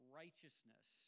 righteousness